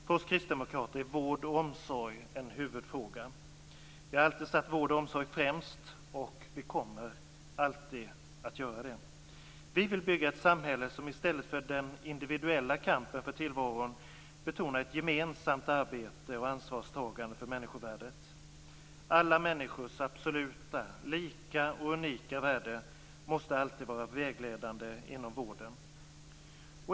För oss kristdemokrater är vård och omsorg en huvudfråga. Vi har alltid satt vård och omsorg främst, och vi kommer alltid att göra det. Vi vill bygga ett samhälle som i stället för den individuella kampen för tillvaron betonar ett gemensamt arbete och ansvarstagande för människovärdet. Alla människors absoluta lika och unika värde måste alltid vara vägledande inom vården.